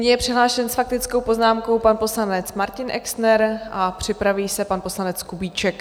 Nyní je přihlášen s faktickou poznámkou pan poslanec Martin Exner a připraví se pan poslanec Kubíček.